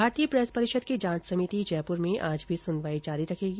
भारतीय प्रेस परिषद की जांच समिति जयपुर में आज भी सुनवाई जारी रखेगी